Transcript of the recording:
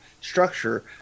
structure